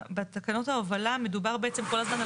בתקנות ההובלה מדובר בעצם כל הזמן על